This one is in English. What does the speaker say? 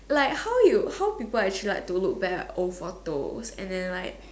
like how you how people actually like to look back at old photos and then like